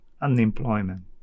unemployment